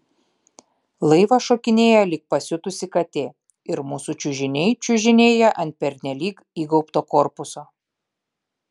laivas šokinėja lyg pasiutusi katė ir mūsų čiužiniai čiužinėja ant pernelyg įgaubto korpuso